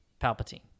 Palpatine